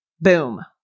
Boom